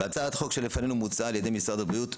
בהצעת החוק שלפנינו מוצע על ידי משרד הבריאות,